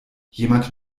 jemand